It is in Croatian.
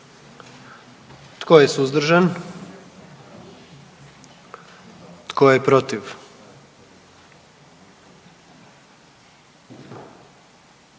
Tko je suzdržan? I tko je protiv?